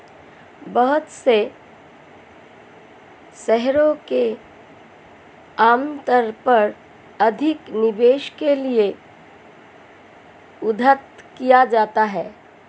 बहुत से शेयरों को आमतौर पर अधिक निवेश के लिये उद्धृत किया जाता है